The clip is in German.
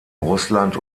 russland